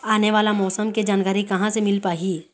आने वाला मौसम के जानकारी कहां से मिल पाही?